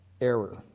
error